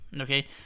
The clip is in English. Okay